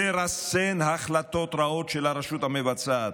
לרסן החלטות רעות של הרשות המבצעת,